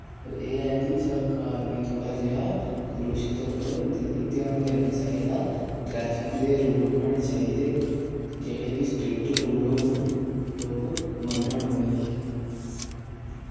पर एह् ऐ कि सरकार जी थोह्ड़ा जेहा पोलुशन दे उप्पर दिल्ली ध्यान देना चाहिदा ट्रैफिक दे रूल बनाने चाहिदे जेह्ड़े कि स्ट्रिक्ट रूल होन लोक मन्नन उ'नेंगी